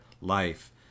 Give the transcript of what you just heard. life